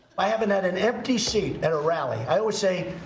i haven't had an empty seat at a rally. i always say,